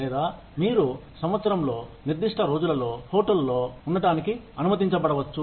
లేదా మీరు సంవత్సరంలో నిర్దిష్ట రోజులలో హోటల్లో ఉండటానికి అనుమతించబడవచ్చు